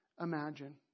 imagine